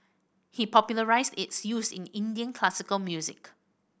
he popularised its use in Indian classical music